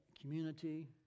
community